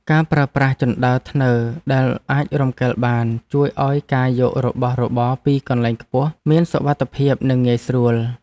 ការប្រើប្រាស់ជណ្ដើរធ្នើរដែលអាចរំកិលបានជួយឱ្យការយករបស់របរពីកន្លែងខ្ពស់មានសុវត្ថិភាពនិងងាយស្រួល។